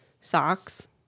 Socks